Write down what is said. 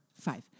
five